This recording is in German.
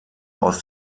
aus